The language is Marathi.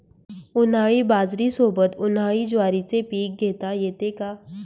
उन्हाळी बाजरीसोबत, उन्हाळी ज्वारीचे पीक घेता येते का?